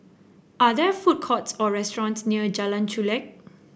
are there food courts or restaurants near Jalan Chulek